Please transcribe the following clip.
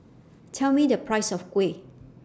Tell Me The Price of Kuih